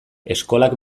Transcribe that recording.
eskolak